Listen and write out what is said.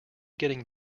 getting